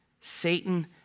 Satan